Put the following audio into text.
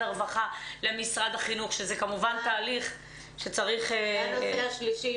הרווחה למשרד החינוך שזה כמובן תהליך -- זה הנושא השלישי.